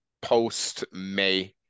post-May